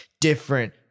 different